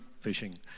fishing